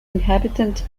inhabitant